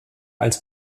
als